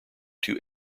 too